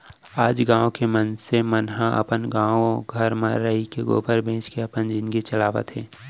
आज गॉँव के मनसे मन ह अपने गॉव घर म रइके गोबर बेंच के अपन जिनगी चलात हें